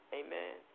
amen